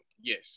Yes